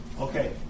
Okay